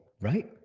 right